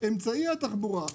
אמצעי התחבורה,